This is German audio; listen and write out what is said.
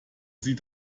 sie